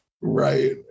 Right